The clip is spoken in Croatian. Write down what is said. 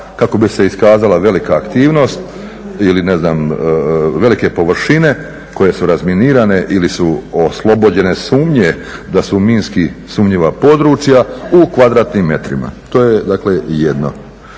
kako bi se iskazala velika aktivnost ili velike površine koje su razminirane ili su oslobođene sumnje da su minski sumnjiva područja u m2. To je dakle jedno.